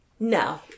No